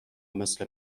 مثل